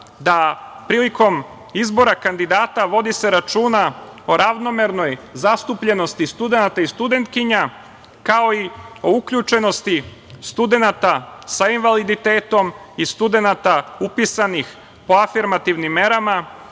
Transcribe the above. se prilikom izbora kandidata vodi računa o ravnomernoj zastupljenosti studenata i studentkinja, kao i o uključenosti studenata sa invaliditetom i studenata upisanih po afirmativnim merama